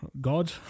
God